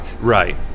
Right